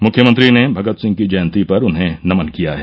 मुख्यमंत्री ने भगत सिंह की जयंती पर उन्हें नमन किया है